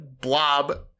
blob